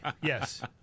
yes